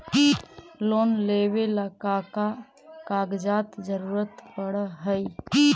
Loan लेवेला का का कागजात जरूरत पड़ हइ?